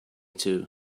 too